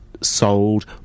sold